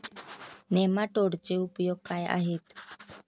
नेमाटोडचे उपयोग काय आहेत?